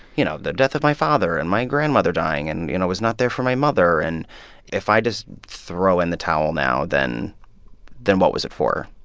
you know, the death of my father and my grandmother dying and, you know, was not there for my mother, and if i just throw in the towel now, then then what was it for?